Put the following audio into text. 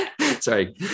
sorry